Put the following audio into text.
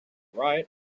riot